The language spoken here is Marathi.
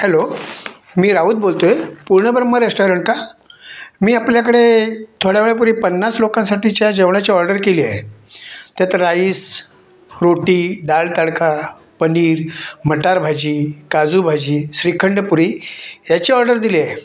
हॅलो मी राहुत बोलतो आहे पूर्णब्रह्म रेस्टोरंट का मी आपल्याकडे थोडा वेळापूर्वी पन्नास लोकांसाठीच्या जेवणाची ऑर्डर केली आहे त्यात राईस रोटी डाळ तडका पनीर मटार भाजी काजू भाजी श्रीखंड पुरी याची ऑर्डर दिली आहे